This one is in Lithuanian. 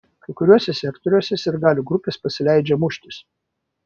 kai kuriuose sektoriuose sirgalių grupės pasileidžia muštis